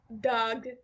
dog